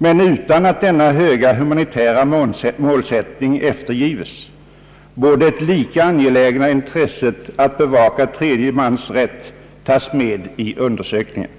Men utan att denna höga humanitära målsättning eftergives, borde det lika angelägna intresset att bevaka tredje mans rätt tas med i undersökningen.